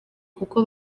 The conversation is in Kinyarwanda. kuko